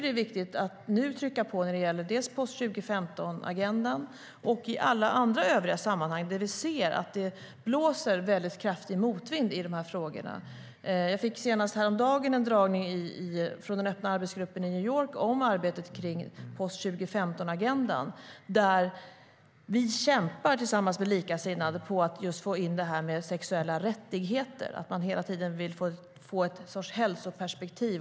Det är viktigt att nu trycka på när det gäller post-2015-agendan och i alla andra övriga sammanhang där vi ser att det blåser väldigt kraftig motvind i frågorna. Jag fick senast häromdagen en föredragning från den öppna arbetsgruppen i New York om arbetet i post-2015-agendan. Där kämpar vi tillsammans med likasinnade för att få in sexuella rättigheter. Man vill hela tiden få in en sorts hälsoperspektiv.